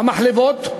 המחלבות,